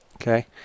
Okay